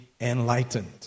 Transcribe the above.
enlightened